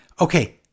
Okay